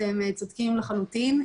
אתם צודקים לחלוטין.